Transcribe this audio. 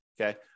okay